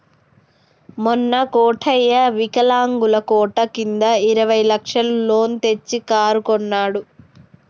మొన్న కోటయ్య వికలాంగుల కోట కింద ఇరవై లక్షల లోన్ తెచ్చి కారు కొన్నడు